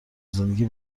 زندگی